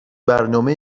برنامه